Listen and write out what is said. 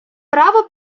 право